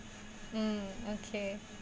mm okay